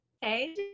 hey